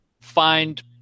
find